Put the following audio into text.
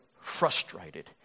frustrated